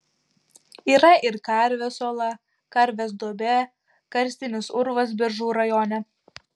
yra ir karvės ola karvės duobė karstinis urvas biržų rajone